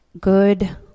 Good